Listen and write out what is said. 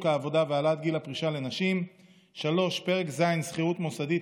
העבודה והעלאת גיל הפרישה לנשים); 3. פרק ז' (שכירות מוסדית),